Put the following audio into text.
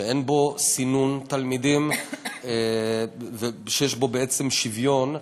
שאין בו סינון תלמידים ושיש בו בעצם שוויון,